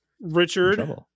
richard